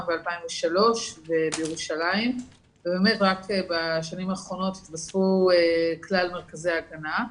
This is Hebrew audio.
ב-2003 בירושלים ובאמת רק בשנים האחרונות התווספו כלל מרכזי ההגנה.